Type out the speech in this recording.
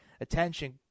attention